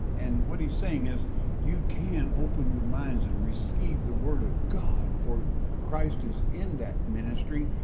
and what he's saying is you can open your minds and receive the word of god for christ is in that ministry,